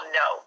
no